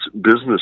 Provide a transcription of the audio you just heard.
business